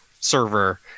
server